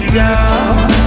down